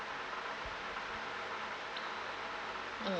mm